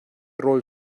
rawl